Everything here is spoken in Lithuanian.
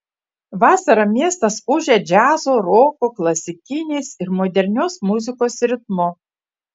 vasarą miestas ūžia džiazo roko klasikinės ir modernios muzikos ritmu